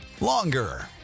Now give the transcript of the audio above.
longer